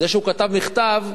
זה שהוא כתב מכתב?